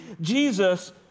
Jesus